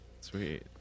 sweet